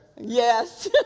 Yes